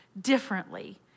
differently